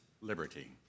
liberty